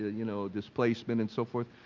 ah you know, displacement and so forth.